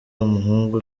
muhungu